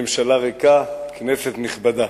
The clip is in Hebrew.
ממשלה ריקה, כנסת נכבדה,